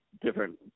different